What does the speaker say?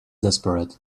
desperate